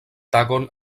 tagon